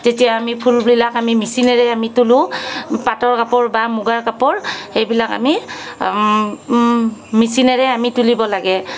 তেতিয়া আমি ফুলবিলাক আমি মিচিনেৰে আমি তোলোঁ পাটৰ কাপোৰ বা মুগাৰ কাপোৰ এইবিলাক আমি মেচিনেৰে আমি তুলিব লাগে